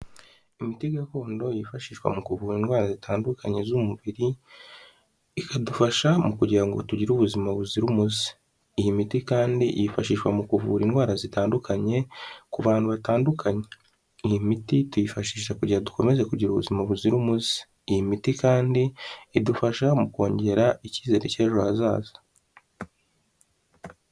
Imiti gakondo yifashishwa mu kuvura indwara zitandukanye z'umubiri, ikadufasha mu kugira ngo tugire ubuzima buzira umuze iyi miti kandi yifashishwa mu kuvura indwara zitandukanye ku bantu batandukanye, iy imiti tuyifashisha kugira dukomeze kugira ubuzima buzira umuze, iyi miti kandi idufasha mu kongera icyizere cy'ejo hazaza.